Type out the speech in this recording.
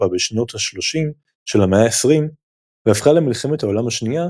בשנות ה-30 של המאה ה-20 והפכה למלחמת העולם השנייה,